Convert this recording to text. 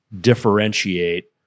differentiate